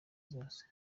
zose